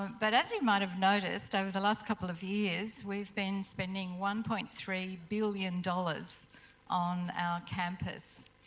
but as you might have noticed over the last couple of years we've been spending one point three billion dollars on our campus.